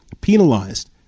penalized